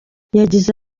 yagize